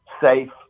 safe